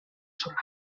solar